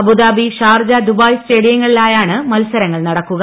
Abu Dhabi Sharjah Dubai സ്റ്റേഡിയങ്ങളിലായാണ് മത്സരങ്ങൾ നടക്കുക